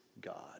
God